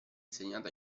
insegnato